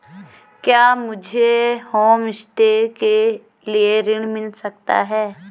क्या मुझे होमस्टे के लिए ऋण मिल सकता है?